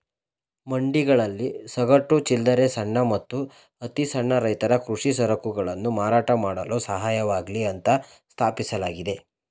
ಮಂಡಿಗಳಲ್ಲಿ ಸಗಟು, ಚಿಲ್ಲರೆ ಸಣ್ಣ ಮತ್ತು ಅತಿಸಣ್ಣ ರೈತರ ಕೃಷಿ ಸರಕುಗಳನ್ನು ಮಾರಾಟ ಮಾಡಲು ಸಹಾಯವಾಗ್ಲಿ ಅಂತ ಸ್ಥಾಪಿಸಲಾಗಿದೆ